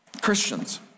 Christians